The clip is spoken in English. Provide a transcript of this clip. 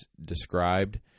described